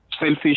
selfish